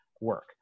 work